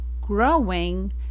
growing